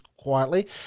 quietly